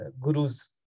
gurus